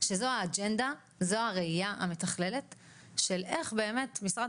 שזו האג'נדה וזו הראייה המתחללת של איך באמת משרד